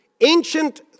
ancient